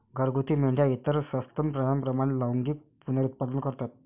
घरगुती मेंढ्या इतर सस्तन प्राण्यांप्रमाणे लैंगिक पुनरुत्पादन करतात